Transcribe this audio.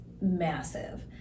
massive